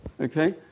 okay